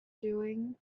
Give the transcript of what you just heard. doing